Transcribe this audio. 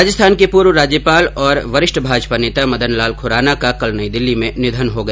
राजस्थान के पूर्व राज्यपाल ओर वरिष्ठभाजपा नेता मदन लाल खुराना का कल नई दिल्ली में निधन हो गया